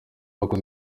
wakoze